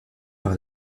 par